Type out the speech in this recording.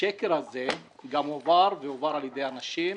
השקר הזה הועבר בתקשורת וגם על ידי אנשים.